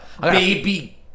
Baby